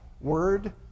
word